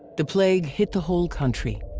the plague hit the whole country.